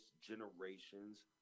generation's